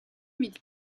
huit